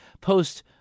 post